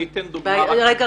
אני אתן דוגמה רק שנייה --- רגע,